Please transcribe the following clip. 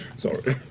sorry.